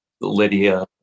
lydia